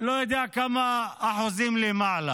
לא יודע כמה אחוזים למעלה.